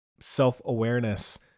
self-awareness